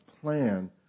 plan